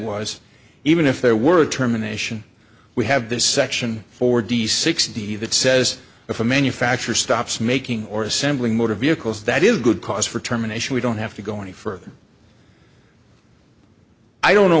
was even if there were terminations we have this section four d sixty that says if a manufacturer stops making or assembling motor vehicles that is good cause for terminations we don't have to go any further i don't know